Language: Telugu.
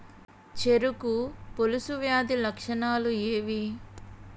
చెరుకు పొలుసు వ్యాధి లక్షణాలు ఏవి?